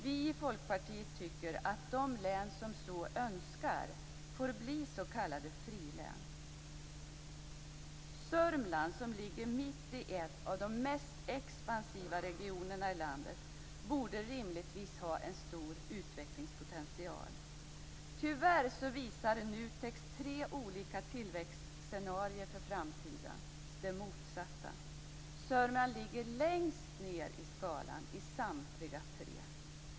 Vi i Folkpartier tycker att de län som så önskar skall få bli s.k. frilän. Sörmland, som ligger mitt i en av de mest expansiva regionerna i landet, borde rimligtvis ha en stor utvecklingspotential. Tyvärr visar NUTEK:s tre olika tillväxtscenarier för framtiden det motsatta. Sörmland ligger längst ned på skalan i samtliga tre scenarion.